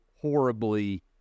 horribly